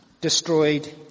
destroyed